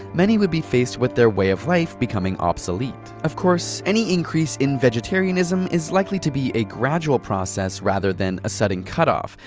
many would be faced with their way of life becoming obsolete. of course, any increase in vegetarianism is likely to be a gradual process rather than a sudden cut-off.